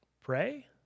pray